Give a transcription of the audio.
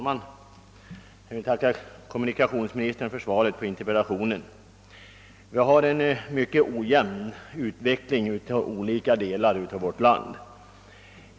Herr talman! Jag tackar kommunikationsministern för svaret på min interpellation. Vi har en mycket ojämn utveckling i olika delar av vårt land.